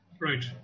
right